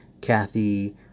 Kathy